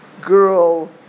girl